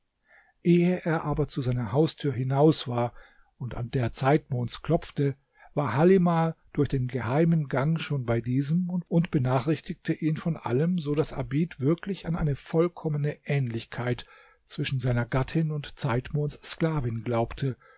ehe er aber zu seiner haustür hinaus war und an der zeitmonds klopfte war halimah durch den geheimen gang schon bei diesem und benachrichtigte ihn von allem so daß abid wirklich an eine vollkommene ähnlichkeit zwischen seiner gattin und zeitmonds sklavin glaubte